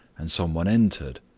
and some one entered.